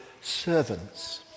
servants